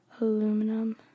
aluminum